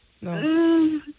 No